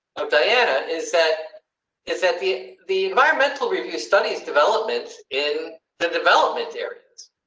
ah diana is that is that the, the environmental review studies development in the development areas,